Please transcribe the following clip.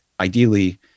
Ideally